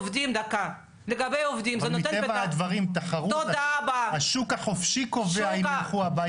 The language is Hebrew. לגבי השאלה של אם הוא צריך להיות גם משגיח וכו',